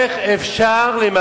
הם יתמכו בחוק, איך אפשר לממש